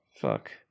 fuck